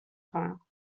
خواهم